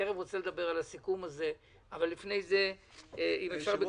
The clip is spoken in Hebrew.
אדוני היושב ראש,